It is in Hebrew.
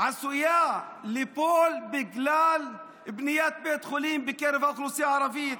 שעשויה ליפול בגלל בניית בית חולים בקרב האוכלוסייה הערבית?